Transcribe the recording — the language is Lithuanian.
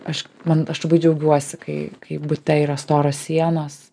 aš man aš labai džiaugiuosi kai kai bute yra storos sienos